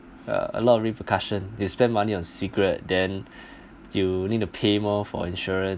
uh a lot of repercussion is spend money on cigarettes then you need to pay more for insurance